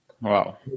Wow